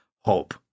hope